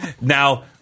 Now